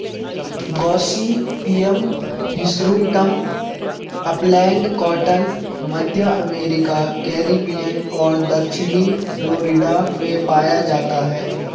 Gossypium hirsutum upland cotton, मध्य America, Caribbean और दक्षिणी फ्लोरिडा में पाया जाता है